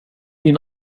din